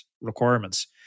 requirements